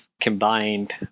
combined